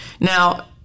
Now